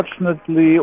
unfortunately